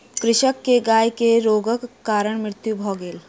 कृषक के गाय के रोगक कारण मृत्यु भ गेल